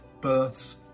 births